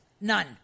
None